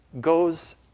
goes